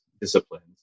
disciplines